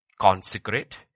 consecrate